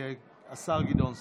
השר גדעון סער.